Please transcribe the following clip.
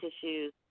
tissues